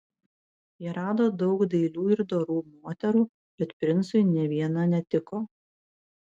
jie rado daug dailių ir dorų moterų bet princui nė viena netiko